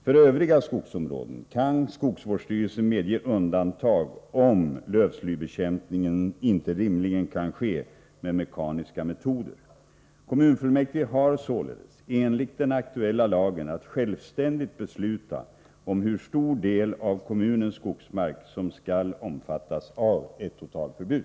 För övriga skogsområden kan skogsvårdsstyrelsen medge undantag, om lövslybekämpningen inte rimligen kan ske med mekaniska metoder. Kommunfullmäktige har således enligt den aktuella lagen att självständigt besluta om hur stor del av kommunens skogsmark som skall omfattas av ett totalförbud.